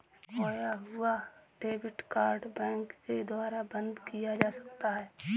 खोया हुआ debit card bank के द्वारा बंद किया जा सकता है